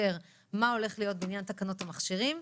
מה הולך להיות בעניין תקנות המכשירים,